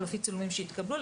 לפי צילומים שהתקבלו,